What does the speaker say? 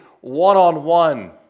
one-on-one